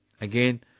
Again